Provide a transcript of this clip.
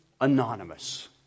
anonymous